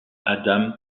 adam